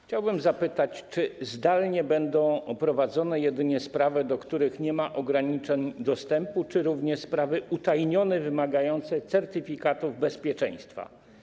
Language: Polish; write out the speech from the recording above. Chciałbym zapytać, czy zdalnie będą prowadzone jedynie sprawy, do których nie ma ograniczeń dostępu, czy również sprawy utajnione, wymagające certyfikatów bezpieczeństwa.